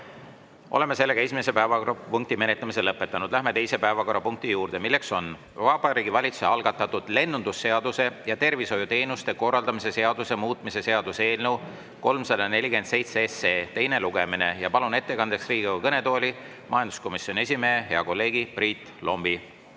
Oleme esimese päevakorrapunkti menetlemise lõpetanud. Läheme teise päevakorrapunkti juurde, milleks on Vabariigi Valitsuse algatatud lennundusseaduse ja tervishoiuteenuste korraldamise seaduse muutmise seaduse eelnõu 347 teine lugemine. Palun ettekandeks Riigikogu kõnetooli majanduskomisjoni esimehe, hea kolleegi Priit Lombi.